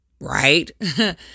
Right